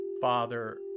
Father